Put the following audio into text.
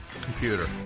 computer